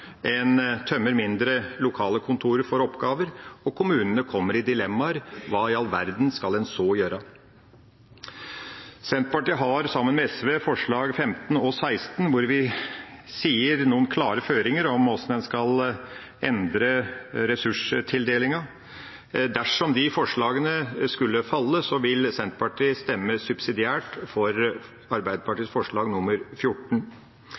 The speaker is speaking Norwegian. En tømmer mindre lokale kontorer for oppgaver, og kommunene kommer i dilemmaer: Hva i all verden skal en så gjøre? Senterpartiet har sammen med SV forslagene nr. 15 og 16, hvor vi gir noen klare føringer om hvordan en skal endre ressurstildelingen. Dersom de forslagene skulle falle, vil Senterpartiet stemme subsidiært for Arbeiderpartiets forslag nr. 14.